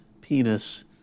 penis